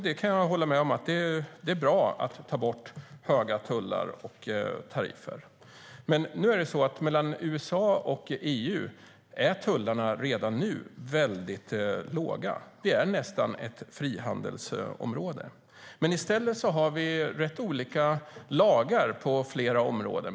Jag kan hålla med om att det är bra att ta bort höga tullar och tariffer, men nu är det så att tullarna mellan USA och EU redan är väldigt låga. Vi är nästan ett frihandelsområde. I stället har vi dock rätt olika lagar på flera områden.